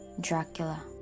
Dracula